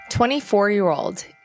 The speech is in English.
24-year-old